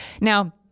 Now